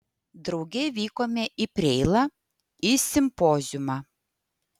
drauge vykome į preilą į simpoziumą